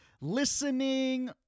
listening